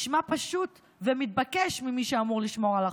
נשמע פשוט ומתבקש ממי שאמור לשמור על החוק.